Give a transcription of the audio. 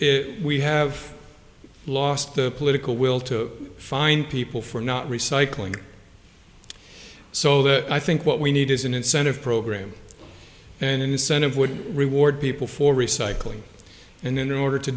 we have lost the political will to find people for not recycling so that i think what we need is an incentive program an incentive would reward people for recycling and in order to